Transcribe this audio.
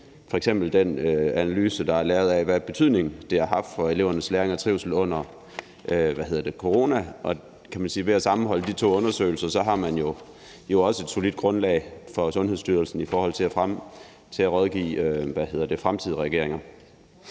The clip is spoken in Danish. f.eks. den analyse, der er lavet af, hvad betydning det har haft for elevernes læring og trivsel under corona, og ved at sammenholde de to undersøgelser har man jo også et solidt grundlag for Sundhedsstyrelsen i forhold til at rådgive fremtidige regeringer.